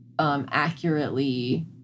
Accurately